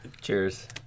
Cheers